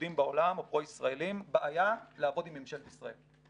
יהודיים או פרו ישראליים בעולם בעיה לעבוד עם ממשלת ישראל,